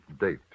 date